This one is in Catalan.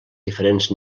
diferents